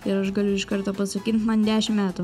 ir aš galiu iš karto pasakyt man dešim metų